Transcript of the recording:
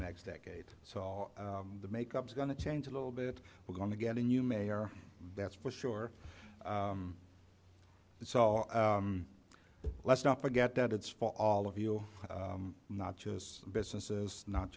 next decade so the makeup is going to change a little bit we're going to get a new mayor that's for sure so let's not forget that it's for all of you not just businesses not